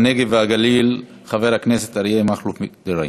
הנגב והגליל חבר הכנסת אריה מכלוף דרעי.